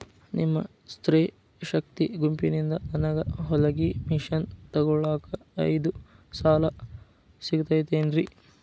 ನಿಮ್ಮ ಸ್ತ್ರೇ ಶಕ್ತಿ ಗುಂಪಿನಿಂದ ನನಗ ಹೊಲಗಿ ಮಷೇನ್ ತೊಗೋಳಾಕ್ ಐದು ಸಾಲ ಸಿಗತೈತೇನ್ರಿ?